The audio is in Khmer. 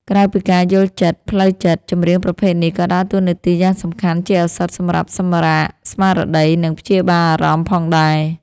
ក្រៅពីការយល់ចិត្តផ្លូវចិត្ត ចម្រៀងប្រភេទនេះក៏ដើរតួនាទីយ៉ាងសំខាន់ជាឱសថសម្រាប់សម្រាកស្មារតី និងព្យាបាលអារម្មណ៍ផងដែរ។